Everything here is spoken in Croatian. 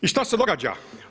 I šta se događa?